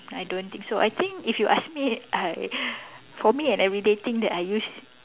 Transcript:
I don't think so I think if you ask me I for me an everyday thing that I use